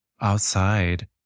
outside